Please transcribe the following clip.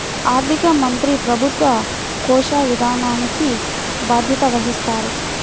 ఆర్థిక మంత్రి ప్రభుత్వ కోశ విధానానికి బాధ్యత వహిస్తారు